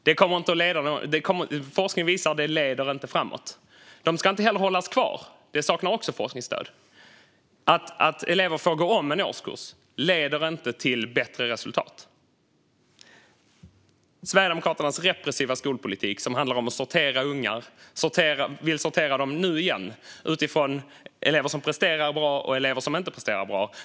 Forskningen visar att detta inte leder framåt. Elever ska heller inte hållas kvar - det saknar också forskningsstöd. Att elever får gå om en årskurs leder inte till bättre resultat. Sverigedemokraternas repressiva skolpolitik handlar om att sortera ungar. Nu vill man återigen sortera dem efter elever som presterar bra och elever som inte presterar bra.